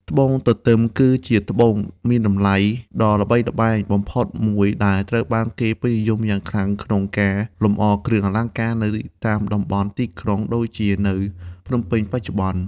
ត្បូងទទឹម គឺជាត្បូងមានតម្លៃដ៏ល្បីល្បាញបំផុតមួយ ដែលត្រូវបានគេពេញនិយមយ៉ាងខ្លាំងក្នុងការលម្អគ្រឿងអលង្ការនៅតាមតំបន់ទីក្រុង ដូចជានៅភ្នំពេញបច្ចុប្បន្ន។